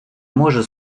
може